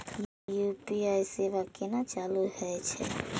UPI सेवा केना चालू है छै?